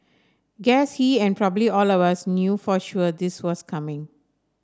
guess he and probably all of us knew for sure this was coming